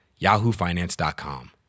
yahoofinance.com